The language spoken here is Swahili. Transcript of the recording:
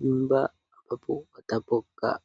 nyumba watakapokaa.